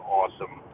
awesome